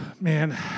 man